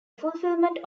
fulfillment